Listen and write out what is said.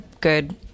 good